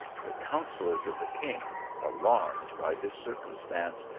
the coun sellors of the king, alarmed by this circumstance,